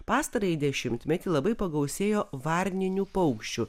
pastarąjį dešimtmetį labai pagausėjo varninių paukščių